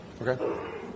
Okay